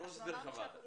ברור שדרך הוועדה.